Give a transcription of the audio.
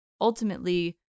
ultimately